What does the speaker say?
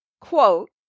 quote